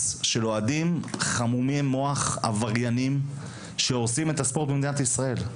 של אוהדים חמומי מוח עבריינים שהורסים את הספורט במדינת ישראל.